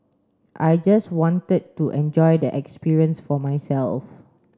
I just wanted to enjoy the experience for myself